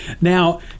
Now